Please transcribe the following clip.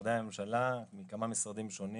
משרדי הממשלה מכמה משרדים שונים,